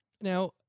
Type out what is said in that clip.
now